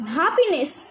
happiness